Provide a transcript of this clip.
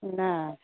ن